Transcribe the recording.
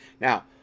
Now